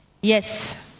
yes